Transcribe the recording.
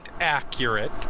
accurate